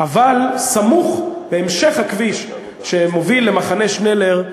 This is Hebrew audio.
אבל סמוך להמשך הכביש שמוביל למחנה שנלר,